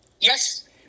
Yes